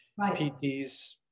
PTs